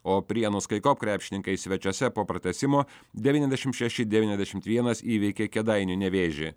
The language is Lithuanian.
o prienų skycop krepšininkai svečiuose po pratęsimo devyniasdešim šeši devyniasdešimt vienas įveikė kėdainių nevėžį